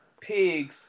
pigs